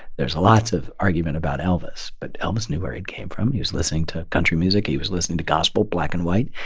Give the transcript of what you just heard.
there's lots of argument about elvis. but elvis knew where he came from. he was listening to country music. he was listening to gospel, black and white.